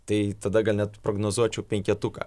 tai tada gal net prognozuočiau penketuką